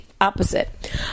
Opposite